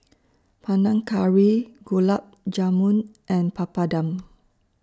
Panang Curry Gulab Jamun and Papadum